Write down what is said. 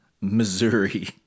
Missouri